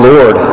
Lord